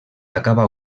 acaba